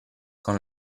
con